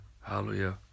hallelujah